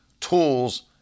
tools